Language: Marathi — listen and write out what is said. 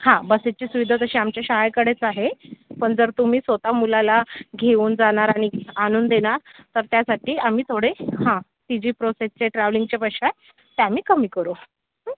हा बसेसची सुविधा तशी आमच्या शाळेकडेच आहे पण जर तुम्ही स्वतः मुलाला घेऊन जाणार आणि आणून देणार तर त्यासाठी आम्ही थोडे हा ती जी प्रोसेसचे ट्रॅवलिंगचे पैसे आहे ते आम्ही कमी करू हा